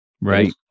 Right